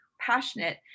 passionate